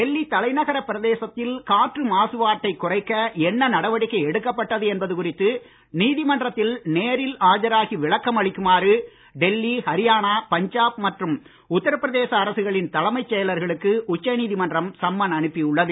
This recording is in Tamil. டெல்லி தலைநகரப் பிரதேசத்தில் காற்று மாசுபாட்டைக் குறைக்க என்ன நடவடிக்கை எடுக்கப்பட்டது என்பது குறித்து நீதிமன்றத்தில் நேரில் ஆஜராகி விளக்கம் அளிக்குமாறு டெல்லி ஹரியானா பஞ்சாப் மற்றும் உத்தரப்பிரதேச அரசுகளின் தலைமைச் செயலர்களுக்கு உச்ச நீதிமன்றம் சம்மன் அனுப்பியுள்ளது